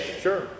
Sure